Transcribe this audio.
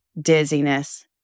dizziness